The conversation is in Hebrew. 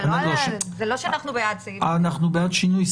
זה לא שאנחנו בעד סעיף (ט).